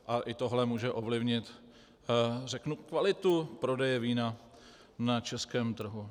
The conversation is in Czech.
A i tohle může ovlivnit kvalitu prodeje vína na českém trhu.